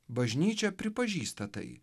bažnyčia pripažįsta tai